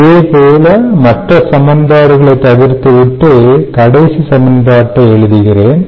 இதேபோல் மற்ற சமன்பாடுகளை தவிர்த்து விட்டு கடைசி சமன்பாட்டை எழுதுகிறேன்